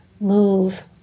move